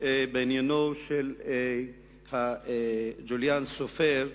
בעניינו של ג'וליאן סופיר,